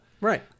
Right